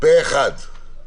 פה אחד.